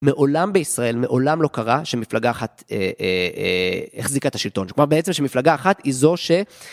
מעולם בישראל, מעולם לא קרה שמפלגה אחת החזיקה את השלטון, כלומר בעצם שמפלגה אחת היא זו ש...